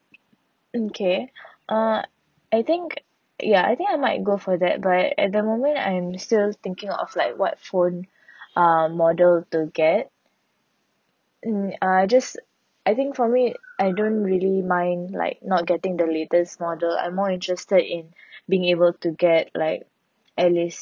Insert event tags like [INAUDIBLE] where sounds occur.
okay [BREATH] uh I think ya I think I might go for that but at the moment I'm still thinking of like what phone [BREATH] uh model to get mm I just I think for me I don't really mind like not getting the latest model I'm more interested in [BREATH] being able to get like at least